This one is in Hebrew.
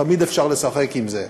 תמיד אפשר לשחק עם זה,